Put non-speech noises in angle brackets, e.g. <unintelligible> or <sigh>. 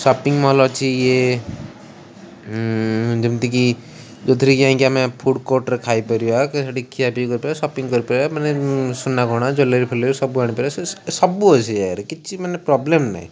shopping mall ଅଛି ଇଏ ଯେମିତିକି ଯେଉଁଥିରେ କି ଆଇଁକି ଆମେ ଫୁଡ଼୍ କୋର୍ଟରେ ଖାଇପାରିବା <unintelligible> ଖିଆ ପିଇ କରିବା ସପିଂ କରିପାରିବା ମାନେ ସୁନା ଗହଣା ଜ୍ୱେଲେରୀ ଫୁଏଲେରୀ ସବୁ ଆଣିପାରିବା ସେ ସବୁ ଅଛି <unintelligible> ରେ କିଛି ମାନେ ପ୍ରୋବ୍ଲେମ୍ ନାହିଁ